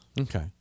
Okay